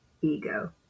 ego